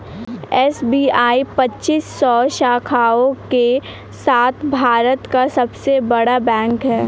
SBI पच्चीस सौ शाखाओं के साथ भारत का सबसे बड़ा बैंक है